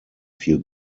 viel